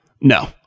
No